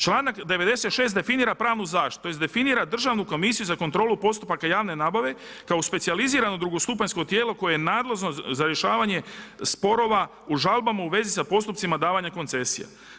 Članak 96. definira pravnu zaštitu, tj. definira Državnu komisiju za kontrolu postupaka javne nabave kao specijalizirano drugo stupanjsko tijelo koje je nadležno za rješavanje sporova u žalbama u vezi sa postupcima davanja koncesija.